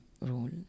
role